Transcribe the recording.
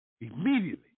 immediately